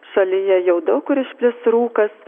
šalyje jau daug kur išplis rūkas